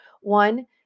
one